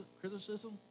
criticism